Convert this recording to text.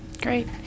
Great